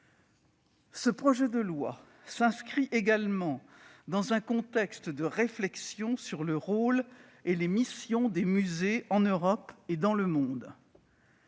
Ce projet de loi s'inscrit également dans un contexte de réflexion sur le rôle et les missions des musées en Europe et dans le monde.